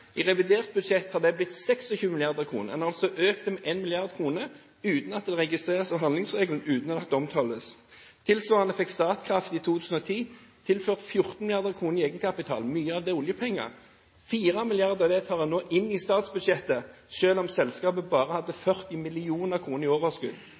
i budsjettet som ble framlagt i fjor høst. I revidert budsjett har dette blitt til 26 mrd. kr – en har altså økt det med 1 mrd. kr uten at det registreres av handlingsregelen, og uten at det omtales. Tilsvarende fikk Statkraft i 2010 tilført 14 mrd. kr i egenkapital – mye av det er oljepenger. 4 mrd. kr tar en nå inn i statsbudsjettet,